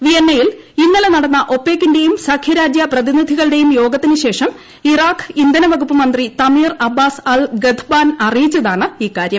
വീയ്ന്നയിൽ ഇന്നലെ നടന്ന ഒപ്പെക്കിന്റെയും സഖ്യ രാജ്യ പ്രിയിനിധികളുടേയും യോഗത്തിനു ശേഷം ഇറാഖ് ഇന്ധന വ്യകൂപ്പ് മന്ത്രി തമീർ അബ്ബാസ് അൽ ഗധ്ബാൻ അറിയ്ടിച്ചതാണ് ഇക്കാര്യം